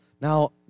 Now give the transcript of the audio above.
now